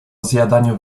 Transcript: zjadaniu